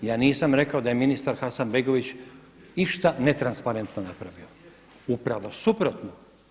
Ja nisam rekao da je ministar Hasanbegović išta netransparentno napravio, upravo suprotno.